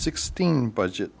sixteen budget